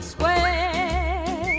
Square